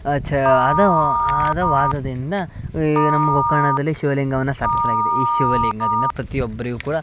ಆಚ ಆದ ಆದ ವಾದದಿಂದ ಈಗ ನಮ್ಮ ಗೋಕರ್ಣದಲ್ಲಿ ಶಿವಲಿಂಗವನ್ನು ಸ್ಥಾಪಿಸಲಾಗಿದೆ ಈ ಶಿವಲಿಂಗದಿಂದ ಪ್ರತಿಯೊಬ್ಬರಿಗು ಕೂಡ